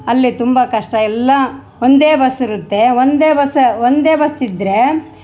ಅಲ್ಲಿ ತುಂಬ ಕಷ್ಟ ಎಲ್ಲ ಒಂದೇ ಬಸ್ ಇರುತ್ತೆ ಒಂದೇ ಬಸ್ ಒಂದೇ ಬಸ್ ಇದ್ದರೆ